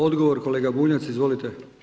Odgovor, kolega Bunjac, izvolite.